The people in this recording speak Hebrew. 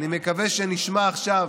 אני מקווה שנשמע עכשיו